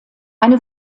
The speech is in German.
eine